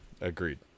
Agreed